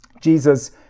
Jesus